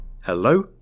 Hello